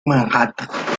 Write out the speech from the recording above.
manhattan